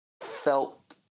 felt